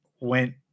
went